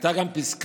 הייתה גם פסקה,